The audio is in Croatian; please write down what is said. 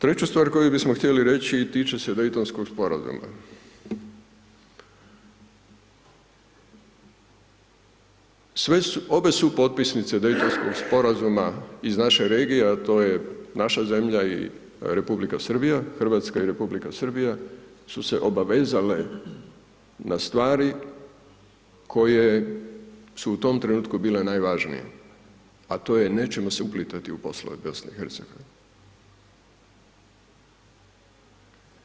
Treću stvar koju bismo htjeli reći i tiče se Dejtonskog sporazuma, obje su potpisnice Dejtonskog sporazuma iz naše regije a to je naša zemlja, i Republika Srbija, Hrvatska i Republika Srbija su se obavezale na stvari koje su u tom trenutku bile najvažnije a to je nećemo se uplitati u poslove BiH-a.